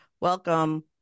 Welcome